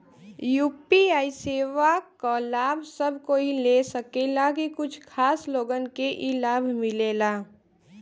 UPI सेवा क लाभ सब कोई ले सकेला की कुछ खास लोगन के ई लाभ मिलेला?